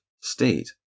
state